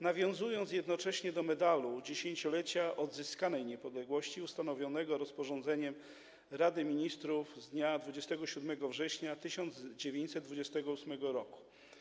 nawiązując jednocześnie do Medalu Dziesięciolecia Odzyskanej Niepodległości ustanowionego rozporządzeniem Rady Ministrów z dnia 27 września 1928 r.